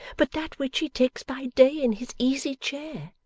but that which he takes by day in his easy chair